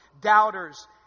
Doubters